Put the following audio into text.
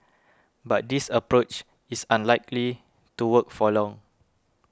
but this approach is unlikely to work for long